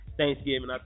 Thanksgiving